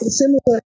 similar